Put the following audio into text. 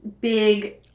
big